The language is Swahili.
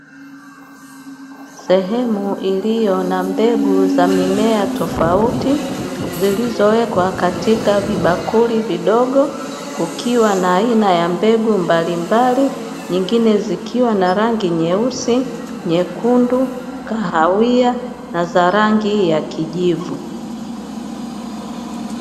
Sehemu iliyo na mbegu za mimea tofauti, zilizowekwa katika vibakuli vidogo, kukiwa na aina ya mbegu mbalimbali. Nyingine zikiwa na rangi nyeusi, nyekundu, kahawia na za rangi ya kijivu.